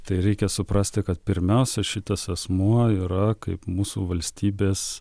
tai reikia suprasti kad pirmiausia šitas asmuo yra kaip mūsų valstybės